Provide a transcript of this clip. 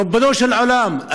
ריבונו של עולם,